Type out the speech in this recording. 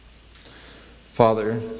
Father